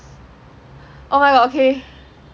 oh my god okay